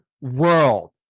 world